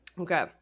Okay